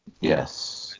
Yes